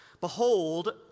Behold